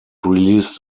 released